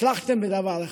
הצלחתם בדבר אחד,